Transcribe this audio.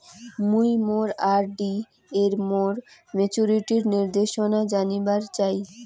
মুই মোর আর.ডি এর মোর মেচুরিটির নির্দেশনা জানিবার চাই